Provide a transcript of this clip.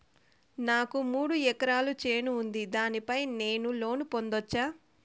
నాకు మూడు ఎకరాలు చేను ఉంది, దాని పైన నేను లోను పొందొచ్చా?